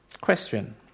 Question